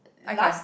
I can't